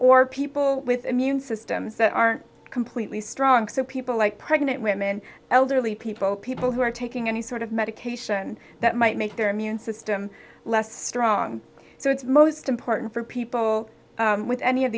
or people with immune systems that aren't completely strong so people like pregnant women elderly people people who are taking any sort of medication that might make their immune system less strong so it's most important for people with any of